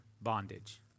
bondage